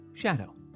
Shadow